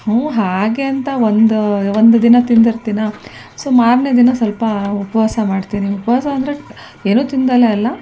ಹ್ಞೂಂ ಹಾಗೆ ಅಂತ ಒಂದು ಒಂದು ದಿನ ತಿಂದಿರ್ತೀನಾ ಸೊ ಮಾರನೆ ದಿನ ಸ್ವಲ್ಪ ಉಪವಾಸ ಮಾಡ್ತೀನಿ ಉಪವಾಸ ಅಂದರೆ ಏನು ತಿಂದಲೇ ಅಲ್ಲ